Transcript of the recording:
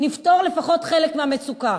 נפתור לפחות חלק מהמצוקה.